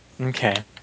Okay